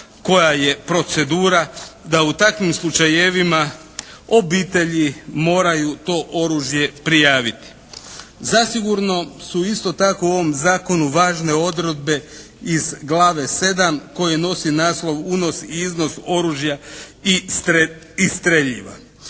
koja je procedura, da u takvim slučajevima obitelji moraju to oružje prijaviti. Zasigurno su isto tako u ovom Zakonu važne odredbe iz glave 7. koje nosi naslov: "Unos i iznos oružja i streljiva",